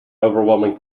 overwhelming